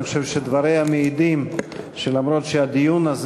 אני חושב שדבריה מעידים שלמרות שהדיון הזה